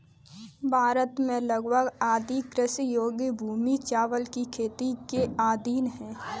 भारत में लगभग आधी कृषि योग्य भूमि चावल की खेती के अधीन है